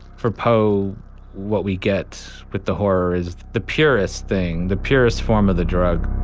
for po what we get with the horror is the purest thing the purest form of the drug